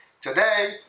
today